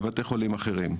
בבתי חולים אחרים.